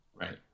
right